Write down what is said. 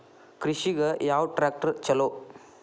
ಕೃಷಿಗ ಯಾವ ಟ್ರ್ಯಾಕ್ಟರ್ ಛಲೋ?